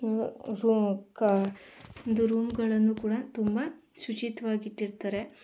ರು ಕಾ ಒಂದು ರೂಮುಗಳನ್ನು ಕೂಡ ತುಂಬ ಶುಚಿತ್ವವಾಗಿಟ್ಟಿರ್ತಾರೆ